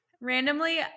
randomly